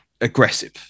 aggressive